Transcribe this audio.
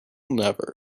never